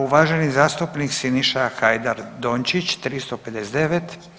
Uvaženi zastupnik Siniša Hajdaš Dončić 359.